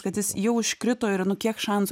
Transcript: kad jis jau užkrito ir nu kiek šansų